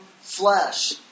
flesh